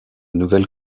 nouvelle